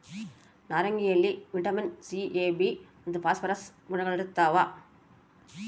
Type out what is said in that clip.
ನಾರಂಗಿಯಲ್ಲಿ vitamin C A B ಮತ್ತು phosphorus ಗುಣಗಳಿರ್ತಾವ